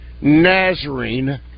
Nazarene